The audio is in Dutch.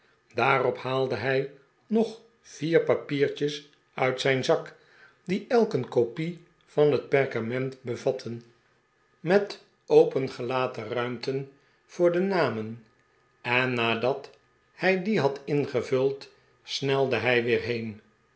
daarop haalde hij nog vier papiertjes uit zijn zak die elk een kopie van het perkament bevatten met opengelaten ruimten voor de namenj en nadat hij die had ingevuld snelde hij weer heen